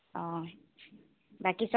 অঁ বাকী চব